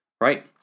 Right